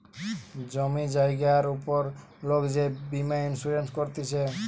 জমি জায়গার উপর লোক যে বীমা ইন্সুরেন্স করতিছে